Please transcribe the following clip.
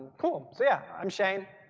cool. so yeah, i'm shane.